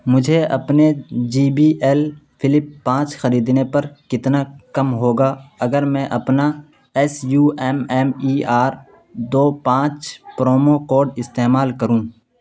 مجھے اپنے J B L flip پانچ خریدنے پر کتنا کم ہوگا اگر میں اپنا S U M M E R دو پانچ پرومو کوڈ استعمال کروں